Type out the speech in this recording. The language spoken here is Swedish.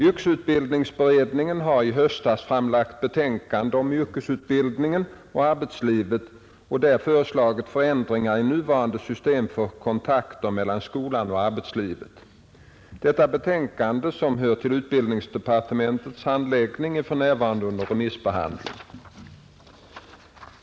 Yrkesutbildningsberedningen har i ett i höstas framlagt betänkande om yrkesutbildning och arbetsliv föreslagit förändringar i nuvarande system för kontakter mellan skola och arbetsliv. Detta betänkande som hör till utbildningsdepartementets handläggning är för närvarande under remissbehandling.